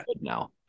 now